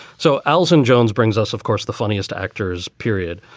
so elseand jones. brings us, of course, the funniest actors, period.